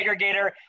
aggregator